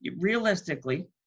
realistically